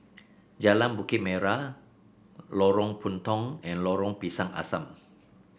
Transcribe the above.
Jalan Bukit Merah Lorong Puntong and Lorong Pisang Asam